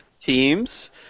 teams